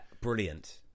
brilliant